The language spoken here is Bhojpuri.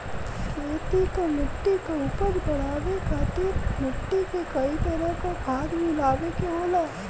खेती क मट्टी क उपज बढ़ाये खातिर मट्टी में कई तरह क खाद मिलाये के होला